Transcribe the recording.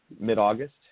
mid-August